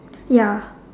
ya